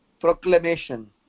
proclamation